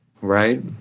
Right